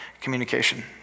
communication